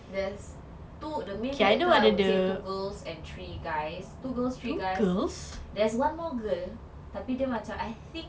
there's two the main character I would say two girls and three guys two girls three guys ther's one more girl tapi dia macam I think